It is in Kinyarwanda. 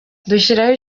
dushyiraho